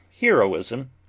heroism